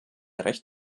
recht